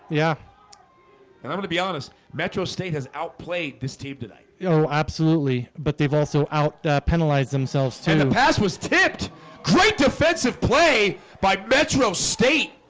yeah and i'm gonna be honest metro state has outplayed this team today no, absolutely, but they've also out penalized themselves to the pass was tipped defensive play by metro state